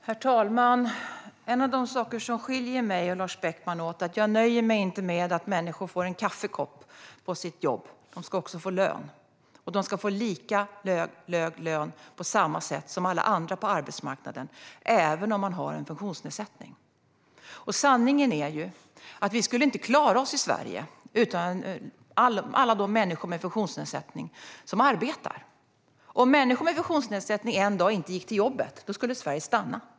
Herr talman! En av de saker som skiljer mig och Lars Beckman åt är att jag inte nöjer mig med att människor får en kaffekopp på sitt jobb. De ska också få lön. De ska få lika lön på samma sätt som alla andra på arbetsmarknaden, även om de har en funktionsnedsättning. Sanningen är att vi i Sverige inte skulle klara oss utan alla de människor med funktionsnedsättning som arbetar. Om människor med funktionsnedsättning en dag inte skulle gå till jobbet skulle Sverige stanna.